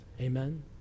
Amen